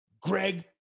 greg